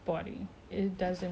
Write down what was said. just health ya